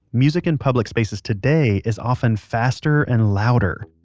music in public spaces today is often faster and louder.